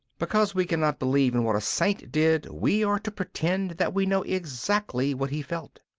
because we cannot believe in what a saint did, we are to pretend that we know exactly what he felt.